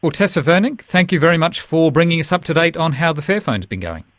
so tessa wernink, thank you very much for bringing us up to date on how the fairphone has been going.